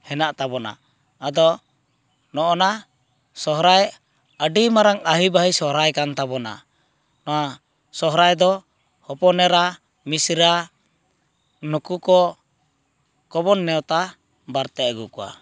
ᱦᱮᱱᱟᱜ ᱛᱟᱵᱚᱱᱟ ᱟᱫᱚ ᱱᱚᱜᱼᱚ ᱱᱟ ᱥᱚᱦᱚᱨᱟᱭ ᱟᱹᱰᱤ ᱢᱟᱨᱟᱝ ᱟᱹᱦᱤᱵᱟᱹᱦᱤ ᱥᱚᱦᱚᱨᱟᱭ ᱠᱟᱱ ᱛᱟᱵᱚᱱᱟ ᱱᱚᱣᱟ ᱥᱚᱦᱚᱨᱟᱭ ᱫᱚ ᱦᱚᱯᱚᱱ ᱮᱨᱟ ᱢᱤᱥᱨᱟ ᱱᱩᱠᱩ ᱠᱚ ᱠᱚᱵᱚᱱ ᱱᱮᱶᱛᱟ ᱵᱟᱨᱛᱮ ᱟᱹᱜᱩ ᱠᱚᱣᱟ